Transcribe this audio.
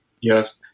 Yes